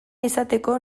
izateko